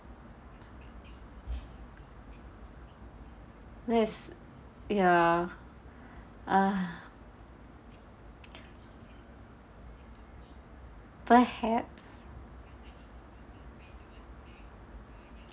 that's ya uh perhaps